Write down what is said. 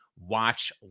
watch